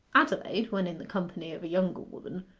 adelaide, when in the company of a younger woman,